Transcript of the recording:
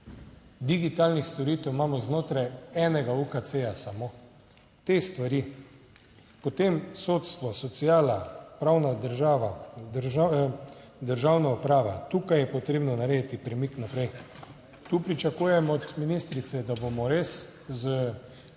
digitalnih storitev imamo znotraj enega UKC samo, te stvari. Potem sodstvo, sociala, pravna država, državna uprava; tukaj je potrebno narediti premik naprej. Tu pričakujem od ministrice, da bomo res s